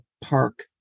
park